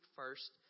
first